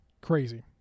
Crazy